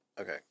Okay